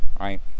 right